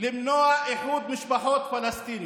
למנוע איחוד משפחות פלסטיניות.